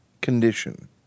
condition